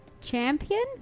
Champion